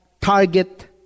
target